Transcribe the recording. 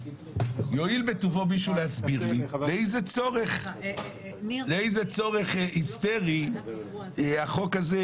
אז יואיל בטובו מישהו להסביר לי לאיזה צורך היסטרי החוק הזה,